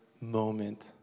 moment